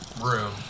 room